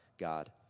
god